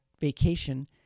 vacation